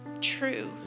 true